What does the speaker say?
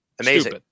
Amazing